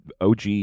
OG